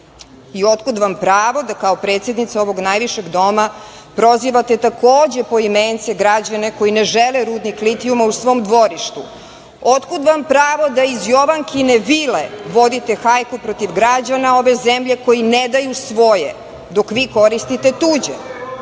I otkud vam pravo da kao predsednica ovog najvišeg doma prozivate, takođe poimence, građane koji ne žele rudnik litijuma u svom dvorištu? Otkud vam pravo da iz Jovankine vile vodite hajku protiv građana ove zemlje koji ne daju svoje, dok vi koristite tuđe? Na